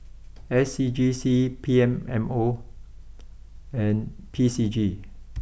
S C G C P M O and P C G